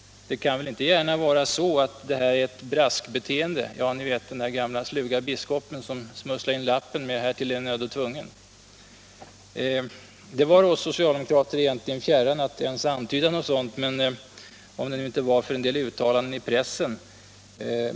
Det kan väl inte gärna vara så att detta är ett Brask-beteende — ja, ni vet, den där gamle sluge biskopen som smusslade in lappen där det stod: ”Härtill är jag nödd och tvungen.” Det vare oss socialdemokrater egentligen fjärran att ens antyda något sådant, om det nu inte vore för en del uttalanden i pressen.